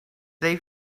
they